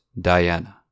Diana